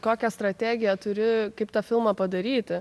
kokią strategiją turi kaip tą filmą padaryti